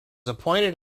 appointed